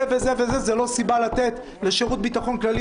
זה וזה וזה הם לא סיבה לתת לשירות ביטחון כללי